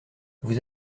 vous